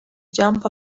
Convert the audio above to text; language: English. jump